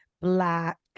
black